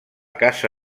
caça